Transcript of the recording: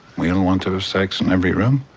we don't want to have sex in every room,